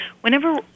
Whenever